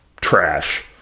trash